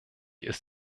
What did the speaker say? ist